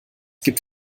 gibt